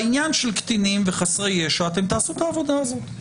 בעניין של קטינים וחסרי ישע תעשו את העבודה הזאת.